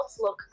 look